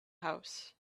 house